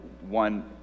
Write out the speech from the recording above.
One